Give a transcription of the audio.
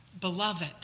beloved